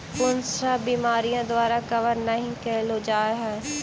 कुन सब बीमारि द्वारा कवर नहि केल जाय है?